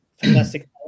fantastic